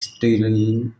stirling